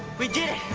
we did it!